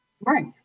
right